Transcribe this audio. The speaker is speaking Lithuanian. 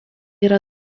yra